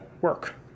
work